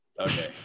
okay